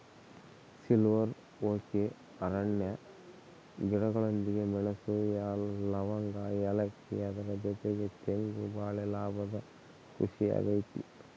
silver oak ಅರಣ್ಯ ಗಿಡಗಳೊಂದಿಗೆ ಮೆಣಸು, ಲವಂಗ, ಏಲಕ್ಕಿ ಅದರ ಜೊತೆಗೆ ತೆಂಗು ಬಾಳೆ ಲಾಭದ ಕೃಷಿ ಆಗೈತೆ